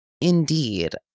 Indeed